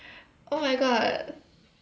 oh my god